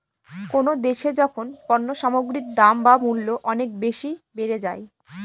কোনো দেশে যখন পণ্য সামগ্রীর দাম বা মূল্য অনেক বেশি বেড়ে যায়